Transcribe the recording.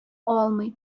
алмый